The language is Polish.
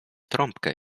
trąbkę